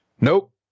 Nope